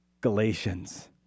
Galatians